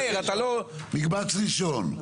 מקבץ ראשון.